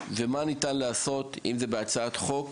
ולחשוב מה ניתן לעשות כדי למנוע, אם זה בהצעת חוק